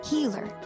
Healer